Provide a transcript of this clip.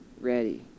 ready